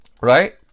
Right